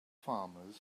farmers